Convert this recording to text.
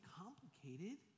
complicated